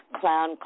clown